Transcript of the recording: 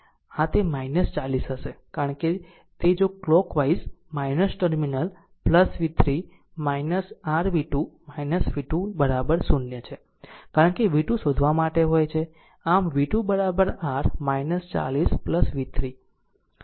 આમ તે 40 હશે કારણ કે તે જો clockwise terminal v3 r v2 v2 0 છે કારણ કે v2 શોધવા માટે હોય છે આમ v2 r 40 v3